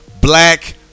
black